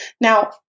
Now